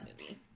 movie